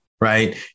right